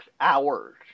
hours